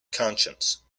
conscience